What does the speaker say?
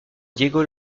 diego